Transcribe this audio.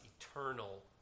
eternal